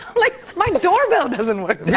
like my doorbell doesn't work. yeah